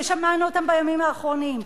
ושמענו אותם בימים האחרונים,